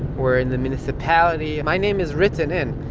we're in the municipality. my name is written in,